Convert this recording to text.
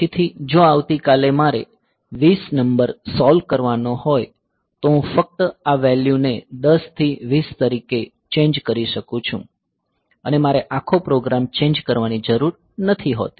પછીથી જો આવતીકાલે મારે 20 નંબર સોલ્વ કરવાનો હોય તો હું ફક્ત આ વેલ્યૂને 10 થી 20 તરીકે ચેન્જ કરી શકું છું અને મારે આખો પ્રોગ્રામ ચેન્જ કરવાની જરૂર નથી હોતી